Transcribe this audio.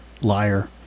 liar